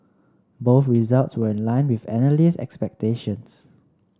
both results were in line with analyst expectations